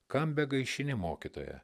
kam begaišini mokytoją